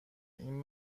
این